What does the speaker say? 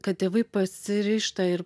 kad tėvai pasiryžta ir